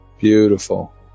beautiful